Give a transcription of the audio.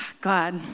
God